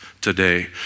today